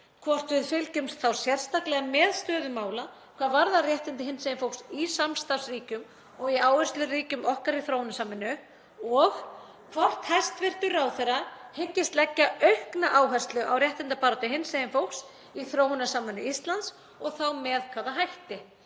hvort við fylgjumst þá sérstaklega með stöðu mála hvað varðar réttindi hinsegin fólks í samstarfsríkjum og í áhersluríkjum okkar í þróunarsamvinnu, og hvort hæstv. ráðherra hyggist leggja aukna áherslu á réttindabaráttu hinsegin fólks í þróunarsamvinnu Íslands og þá með hvaða hætti.